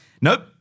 Nope